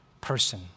person